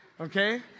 okay